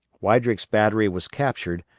weidrick's battery was captured,